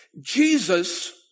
Jesus